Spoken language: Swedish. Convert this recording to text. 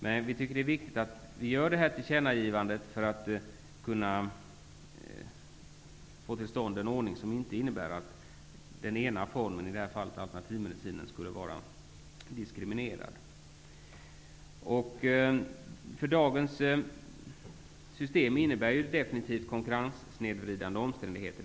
Vi tycker att det är viktigt att vi gör detta tillkännagivande för att få till stånd en ordning som inte innebär att den ena formen, i det här fallet alternativmedicinen, skulle vara diskriminerad. Dagens system innebär definitivt konkurrenssnedvridande omständigheter.